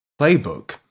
playbook